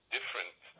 Different